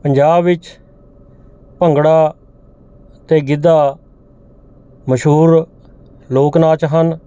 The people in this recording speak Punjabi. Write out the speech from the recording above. ਪੰਜਾਬ ਵਿੱਚ ਭੰਗੜਾ ਅਤੇ ਗਿੱਧਾ ਮਸ਼ਹੂਰ ਲੋਕ ਨਾਚ ਹਨ